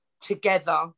together